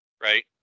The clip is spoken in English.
Right